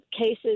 cases